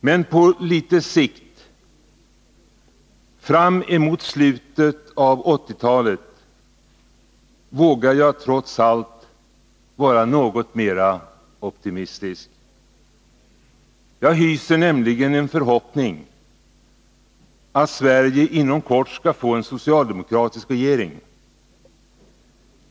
Men på litet sikt — fram emot slutet av 1980-talet — vågar jag trots allt vara något mera optimistisk. Jag hyser nämligen den förhoppningen att Sverige inom kort skall få en socialdemokratisk regering.